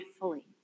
fully